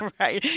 right